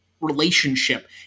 relationship